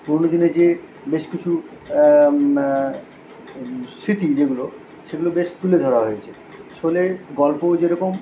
পুরনো দিনের যে বেশ কিছু স্মৃতি যেগুলো সেগুলো বেশ তুলে ধরা হয়েছে শোলে গল্পও যেরকম